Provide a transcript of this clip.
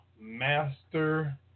Master